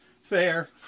Fair